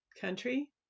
country